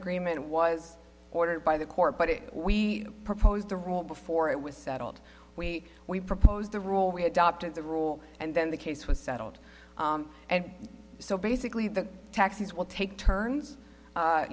agreement was ordered by the court but we proposed the rule before it was settled we we proposed the rule we had opted to rule and then the case was settled and so basically the taxis will take turns